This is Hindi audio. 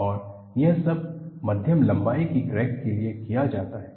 और यह सब मध्यम लंबाई की क्रैक के लिए किया जाता है